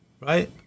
right